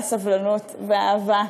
על הסבלנות והאהבה,